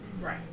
right